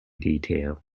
detail